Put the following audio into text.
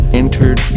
entered